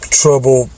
trouble